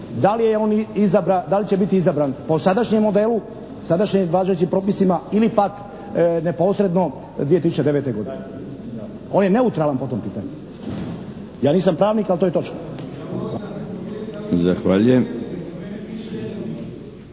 da li će biti izabran po sadašnjem OB-u, sadašnjim važećim propisima ili pak neposredno 2009. godine. On je neutralan po tom pitanju. Ja nisam pravnik, ali to je točno.